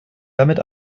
damit